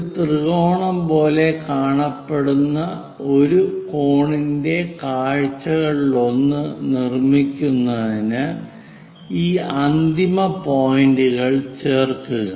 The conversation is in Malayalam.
ഒരു ത്രികോണം പോലെ കാണപ്പെടുന്ന ഒരു കോണിന്റെ കാഴ്ചകളിലൊന്ന് നിർമ്മിക്കുന്നതിന് ഈ അന്തിമ പോയിന്റുകൾ ചേർക്കുക